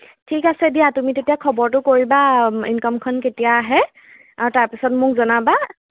ঠিক আছে দিয়া তুমি তেতিয়া খবৰটো কৰিবা ইনকামখন কেতিয়া আহে তাৰপিছত মোক জনাবা